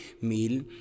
meal